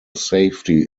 safety